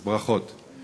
אז ברכות.